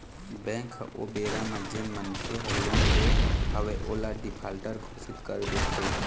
bank ह ओ बेरा म जेन मनखे ह लोन ले हवय ओला डिफाल्टर घोसित कर देथे